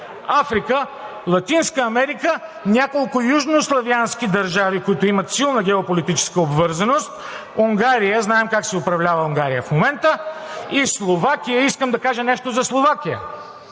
Африка, Латинска Америка, няколко южнославянски държави, които имат силна геополитическа обвързаност, Унгария, знаем как се управлява Унгария в момента, и Словакия. Искам да кажа нещо за Словакия.